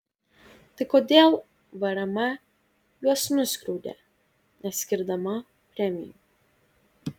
tai kodėl vrm juos nuskriaudė neskirdama premijų